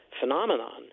phenomenon